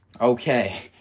Okay